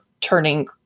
turning